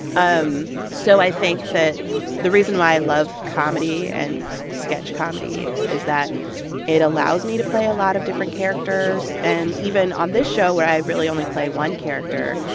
um so i think that the reason why i love comedy and sketch comedy is that it allows me to play a lot of different characters. and even on this show, where i really only play one character,